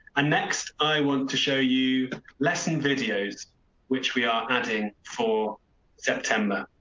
ah next i want to show you lesson videos which we are adding for september.